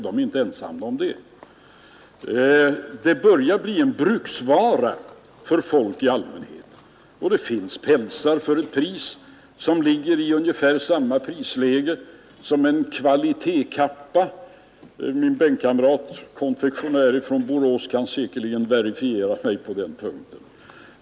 De är inte ensamma om att ha päls. Pälsen börjar bli en bruksvara för folk i allmänhet. Det finns pälsar i ungefär samma prisläge som en kvalitetskappa. Min bänkkamrat, konfektionär från Borås, kan säkerligen verifiera mig på den punkten.